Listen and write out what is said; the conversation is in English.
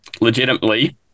legitimately